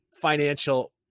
financial